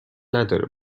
نداره